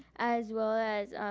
as well as